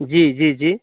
जी जी जी